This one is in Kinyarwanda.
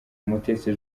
mutesi